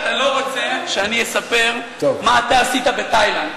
אתה לא רוצה שאני אספר מה אתה עשית בתאילנד.